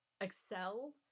excel